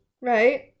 right